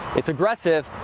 it's aggressive,